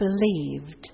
believed